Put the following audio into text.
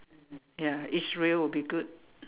ya Israel would be good